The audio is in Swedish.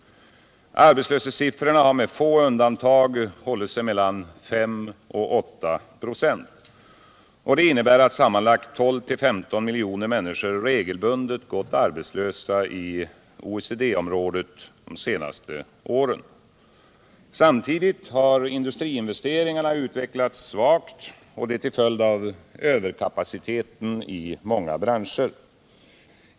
Arbetslöshetssiffrorna har med få undantag hållit sig mellan 5 och 8 96. Det innebär att sammanlagt 12-15 miljoner människor regelbundet gått arbetslösa i OECD-området de senaste åren. Samtidigt har industriinvesteringarna utvecklats svagt till följd av överkapaciteten i många branscher.